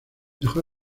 dejó